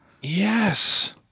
yes